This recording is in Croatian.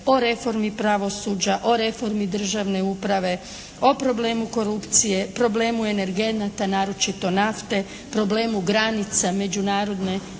o reformi pravosuđa, o reformi državne uprave, o problemu korupcije, problemu energenata naročito nafte, problemu granica međunarodne